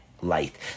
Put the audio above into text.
light